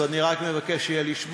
אז אני רק מבקש לשמוע.